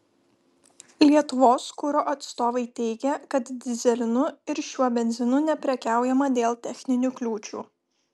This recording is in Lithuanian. lietuvos kuro atstovai teigė kad dyzelinu ir šiuo benzinu neprekiaujama dėl techninių kliūčių